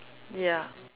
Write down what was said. ya